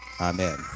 Amen